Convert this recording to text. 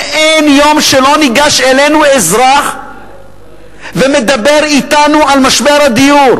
ואין יום שלא ניגש אלינו אזרח ומדבר אתנו על משבר הדיור,